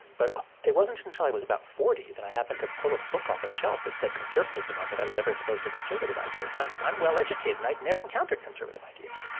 but it wasn't until i was about forty that i happened to pull a book off a shelf that said conservatism on it, that i was ever exposed to conservative ideas. and i'm i'm well educated. and i had never encountered conservative ideas.